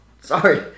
Sorry